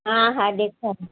हा हा ॾेखारियो